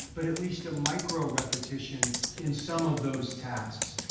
but at least a micro repetition in some of those tasks.